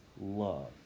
love